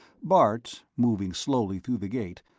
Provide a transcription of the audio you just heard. bart, moving slowly through the gate,